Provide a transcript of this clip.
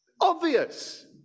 Obvious